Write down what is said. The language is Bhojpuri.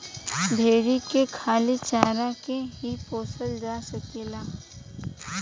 भेरी के खाली चारा के ही पोसल जा सकेला